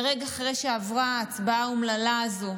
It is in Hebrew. ורגע אחרי שעברה ההצבעה האומללה הזו